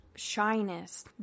shyness